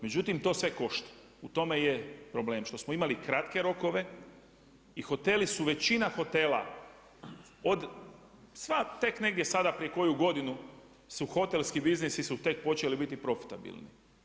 Međutim, to sve košta, u tome je problem što smo imali kratke rokove i hoteli su, većina hotela od sva, tek negdje sada prije koju godinu su hotelski biznisi su tek počeli bit profitabilni.